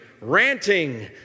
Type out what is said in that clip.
ranting